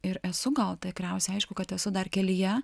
ir esu gal tikriausiai aišku kad esu dar kelyje